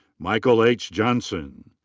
michael h. johnson.